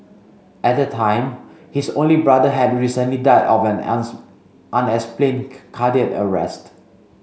at the time his only brother had recently died of an unexplained cardiac arrest